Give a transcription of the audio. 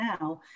now